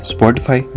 Spotify